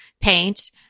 paint